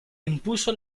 impuso